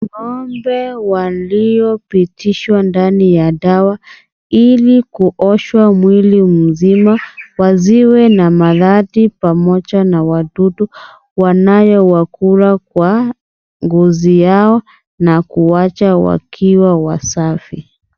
Ng'ombe waliopitishwa ndani ya dawa ili kuoshwa mwili mzima wasiwe na maradhi pamoja na wadudu wanayowakula kwa ngozi yao na kuwaacha wakiwa wasafi.